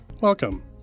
Welcome